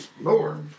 Lord